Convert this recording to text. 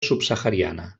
subsahariana